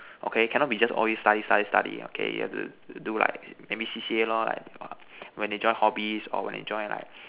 okay cannot be just always study study study okay you have to do like maybe C_C_A lor like when they join hobbies or when they join like